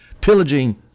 pillaging